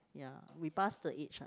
ya we pass the age ah